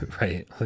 right